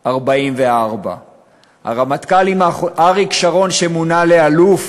44. אריק שרון, כשמונה לאלוף,